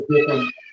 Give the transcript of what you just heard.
different